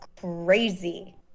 crazy